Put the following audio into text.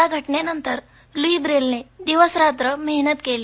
या घटनेनंतर लूई ब्रेलनं दिवस रात्र मेहनत केली